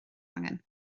angen